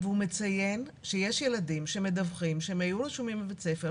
והוא מציין שיש ילדים שמדווחים שהם היו רשומים בבית הספר,